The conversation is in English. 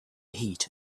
heat